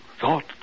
thought